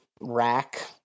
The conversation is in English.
rack